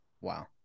Wow